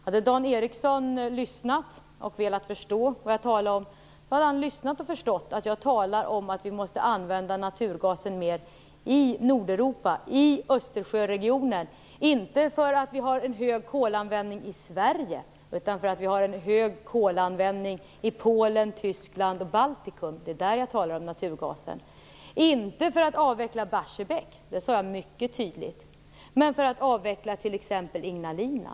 Hade Dan Ericsson lyssnat och velat förstå vad jag talade om hade han hört att jag talar om att vi måste använda naturgasen mer i Nordeuropa - i Östersjöregionen - inte på grund av att kolanvändningen är stor i Sverige utan på grund av att kolanvändningen är stor i Polen, Tyskland och Baltikum. Det är där jag menar att naturgasen skall användas. Vi skall inte använda den för att avveckla Barsebäck - det sade jag mycket tydligt - men för att avveckla t.ex. Ignalina.